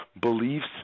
beliefs